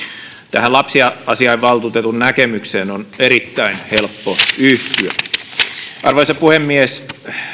tähän lapsiasiainvaltuutetun näkemykseen on erittäin helppo yhtyä arvoisa puhemies